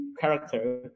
character